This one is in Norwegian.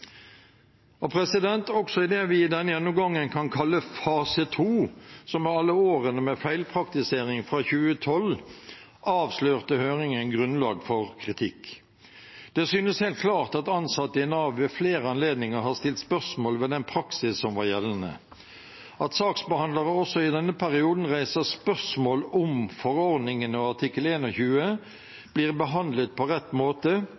Også i det vi i denne gjennomgangen kan kalle fase to, som er alle årene med feilpraktisering fra 2012, avslørte høringen grunnlag for kritikk. Det synes helt klart at ansatte i Nav ved flere anledninger har stilt spørsmål ved den praksis som var gjeldende. At saksbehandlere også i denne perioden reiser spørsmål om hvorvidt forordningen og artikkel 21 blir behandlet på rett måte,